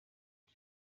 ell